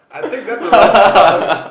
I think that's the wrong song